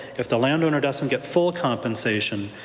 if the landowner doesn't get full compensation,